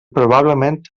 probablement